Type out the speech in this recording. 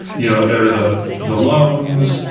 you know, they're the the loans,